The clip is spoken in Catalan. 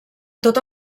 tota